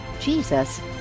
Jesus